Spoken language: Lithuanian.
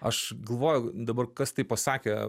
aš galvoju dabar kas taip pasakė